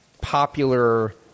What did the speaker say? popular